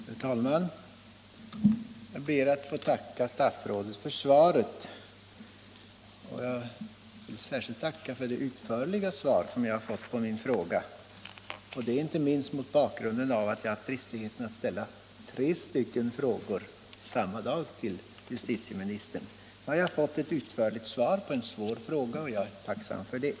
Herr talman! Jag ber att få tacka statsrådet för svaret på min fråga. Jag tackar särskilt för att svaret var så utförligt, inte minst mot bakgrund av att jag hade dristigheten att samma dag ställa tre olika frågor till justitieministern. Nu har jag fått ett utförligt svar på en svår fråga, och jag är tacksam för det.